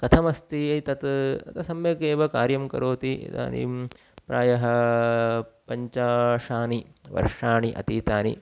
कथमस्ति एतत् सम्यक् एव कार्यं करोति इदानीं प्रायः पञ्चदश वर्षाणि अतीतानि